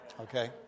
okay